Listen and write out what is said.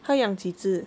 他养几只